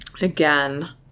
Again